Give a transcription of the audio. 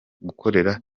gukorera